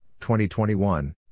2021